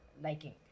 liking